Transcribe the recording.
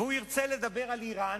והוא ירצה לדבר על אירן,